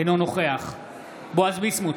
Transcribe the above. אינו נוכח בועז ביסמוט,